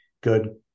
good